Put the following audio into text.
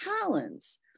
talents